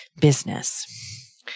business